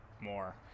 More